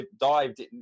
dived